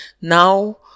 now